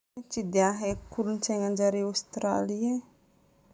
Tsy dia haiko kolontsainan-jareo aostralia.